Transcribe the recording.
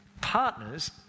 partners